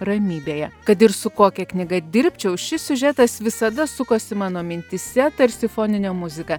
ramybėje kad ir su kokia knyga dirbčiau šis siužetas visada sukosi mano mintyse tarsi foninė muzika